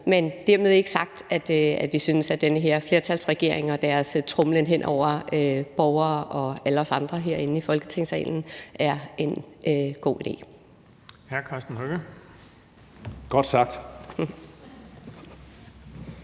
Men dermed ikke sagt, at vi synes, den her flertalsregering og deres tromlen hen over borgere og alle os andre herinde i Folketingssalen er en god idé.